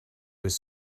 was